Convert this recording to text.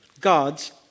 God's